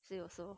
he also